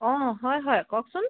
অঁ হয় হয় কওকচোন